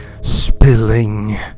spilling